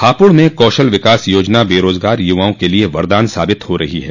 हापुड़ में कौशल विकास योजना बेरोजगार युवाओं के लिए वरदान साबित हो रही है